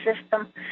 system